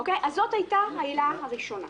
זו הייתה העילה הראשונה.